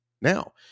Now